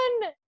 one